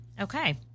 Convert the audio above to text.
okay